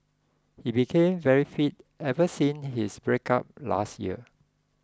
he became very fit ever since his breakup last year